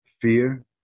fear